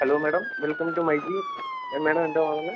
hello madam welcome to myG madam എന്താ വാങ്ങുന്നത്